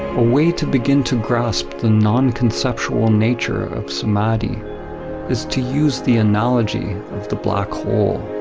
a way to begin to grasp the non-conceptual nature of samadhi is to use the analogy of the black hole.